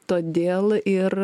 todėl ir